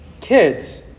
kids